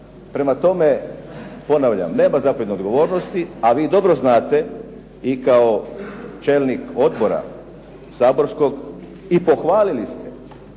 Prema tome, ponavljam nema zapovjedne odgovornosti, a vi dobro znate i kao čelnik odbora saborskog, i pohvalili ste